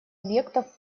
объектов